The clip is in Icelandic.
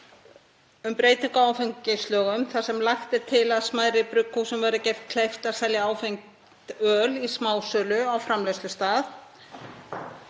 um breytingu á áfengislögum þar sem lagt er til að smærri brugghúsum verði gert kleift að selja áfengt öl í smásölu á framleiðslustað.